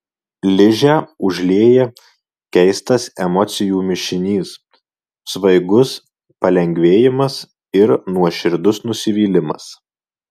ližę užlieja keistas emocijų mišinys svaigus palengvėjimas ir nuoširdus nusivylimas